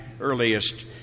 earliest